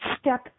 step